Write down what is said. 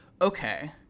okay